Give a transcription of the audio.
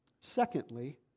Secondly